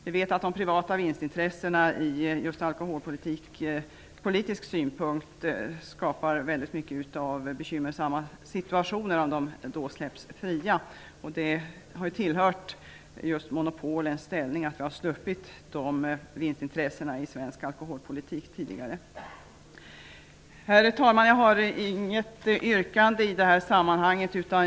Vi vet att de privata vinstintressena ur alkoholpolitisk synpunkt skapar bekymmersamma situationer om försäljningen släpps fri. Monopolställningen har ju gjort att vi har sluppit vinstintressena i svensk alkoholpolitik. Herr talman! Jag har inget yrkande i sammanhanget.